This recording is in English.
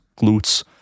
glutes